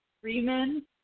Freeman